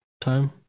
time